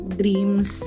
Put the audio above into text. dreams